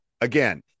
again